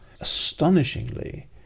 Astonishingly